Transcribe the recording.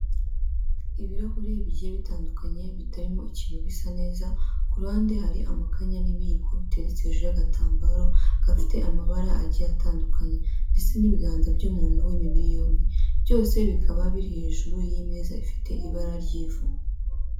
Ibirahure bigiye bitandukanye, bitarimo ikintu, bisa neza, ku ruhande hari amakanya n'ibiyiko bitetetse hejuru y'agatambaro gafite amabara agiye atandukanye, ndetse n'ibiganza by'umuntu w'imibiri yombi. Byose bikaba biri hejuru y'imeza ifite ibara ry'ivu.